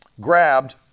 grabbed